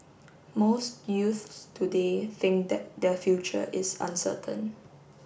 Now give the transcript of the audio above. most youths today think that their future is uncertain